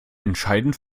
entscheidend